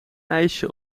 ijsje